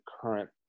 current